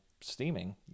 steaming